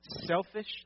selfish